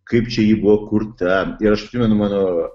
kaip čia ji buvo kurta ir aš atsimenu mano